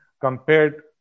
compared